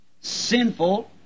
Sinful